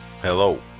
Hello